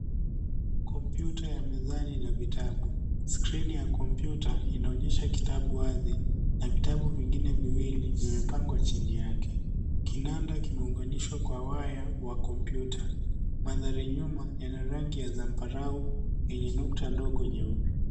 Kompyuta ya mezani na vitabu, skrini ya kompyuta inaonyesha kitabu waz, na vitabi vingine viwili vimepangwa chini yake, kinanda kimeunganishwa kwa waya wa kompyuta. mandhari nyuma yana rangi ya zambarau enye nukta ndogo nyeupe.